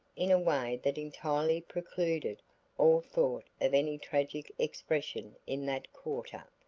in a way that entirely precluded all thought of any tragic expression in that quarter.